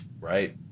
Right